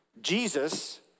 Jesus